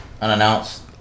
Unannounced